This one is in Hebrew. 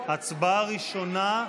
הצבעה ראשונה,